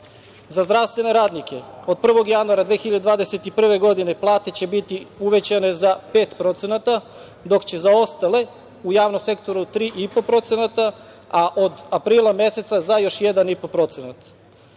Za zdravstvene radnike od 1. januara 2021. godine, plate će biti uvećane za 5%, dok će za ostale u javnom sektoru 3,5%, a od aprila meseca za još